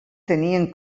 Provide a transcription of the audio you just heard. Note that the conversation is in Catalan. tenien